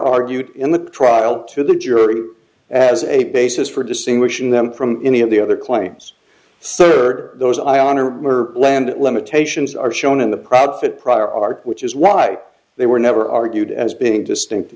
argued in the trial to the jury as a basis for distinguishing them from any of the other claims serve those i honor land limitations are shown in the profit prior art which is why they were never argued as being distinct